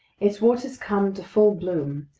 its waters come to full bloom.